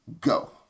go